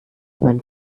man